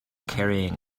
carrying